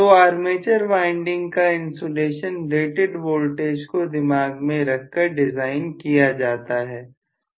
तो armature winding का insulation rated voltage को दिमाग में रखकर डिजाइन किया जाता है